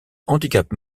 handicap